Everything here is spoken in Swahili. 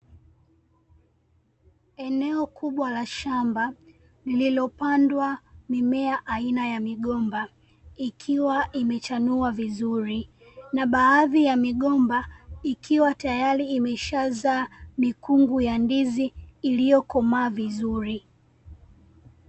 Eneo kubwa la shamba lililopandwa mimea aina ya migomba ikiwa imechanua vizuri, na baadhi ya migomba ikiwa tayari imeshazaa mikungu ya ndizi iliyokomaa vizuri.